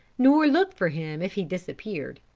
nor look for him if he disappeared,